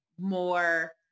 more